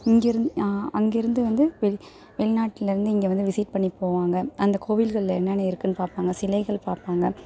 இங்கே இருந்து அங்க இருந்து வந்து வெளி வெளிநாட்டில இருந்து இங்கே வந்து விசிட் பண்ணிட்டு போவாங்கள் அந்த கோவில்கள்ல என்னென்ன இருக்குதுன்னு பார்ப்பாங்க சிலைகள் பார்ப்பாங்க